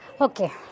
Okay